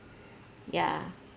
ya